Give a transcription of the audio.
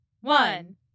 one